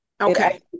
Okay